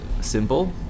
simple